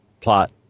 plot